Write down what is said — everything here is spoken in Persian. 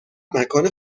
مکان